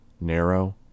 narrow